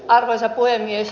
arvoisa puhemies